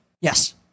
Yes